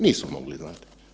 Nisu mogli znati.